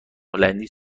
هلندی